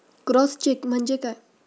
Cross check म्हणजे काय?